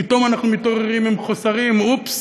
פתאום אנחנו מתעוררים עם חוסרים: אופס,